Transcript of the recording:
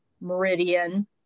meridian